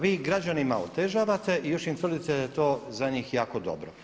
Vi građanima otežavate i još im tvrdite da je to za njih jako dobro.